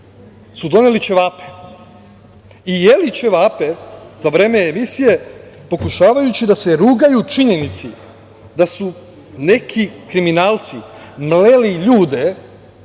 su doneli ćevape i jeli ćevape za vreme emisije, pokušavajući da se rugaju činjenici da su neki kriminalci mleli ljude